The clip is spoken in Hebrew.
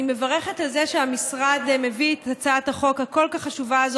אני מברכת על זה שהמשרד מביא את הצעת החוק החשובה כל כך הזאת.